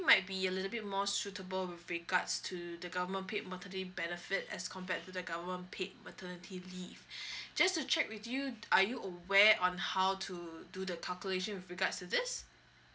might be a little bit more suitable with regards to the government paid maternity benefit as compared to the government paid maternity leave just to check with you are you aware on how to do the calculation with regards to this